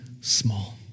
small